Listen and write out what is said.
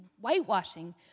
whitewashing